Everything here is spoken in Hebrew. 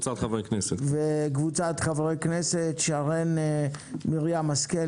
וקבוצת חברי כנסת: שרן מרים השכל,